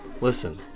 Listen